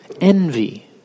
envy